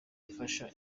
ifasha